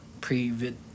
pre-vid